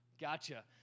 gotcha